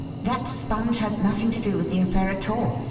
that sponge had nothing to do with the affair at all.